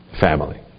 family